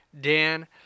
Dan